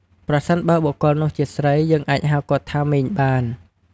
ប្រសិនបើបុគ្គលនោះជាស្រី យើងអាចហៅគាត់ថា "មីង" បាន។